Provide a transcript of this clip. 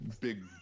big